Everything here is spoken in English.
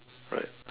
right